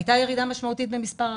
הייתה ירידה משמעותית במספר ההרוגים.